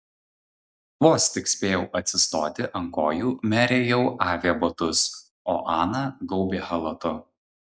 vos tik spėjau atsistoti ant kojų merė jau avė batus o ana gaubė chalatu